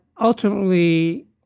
ultimately